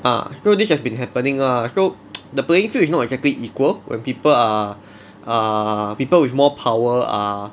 ah so this has been happening lah so the playing field is not exactly equal when people are are people with more power are